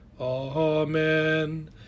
Amen